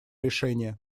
решения